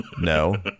No